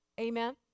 Amen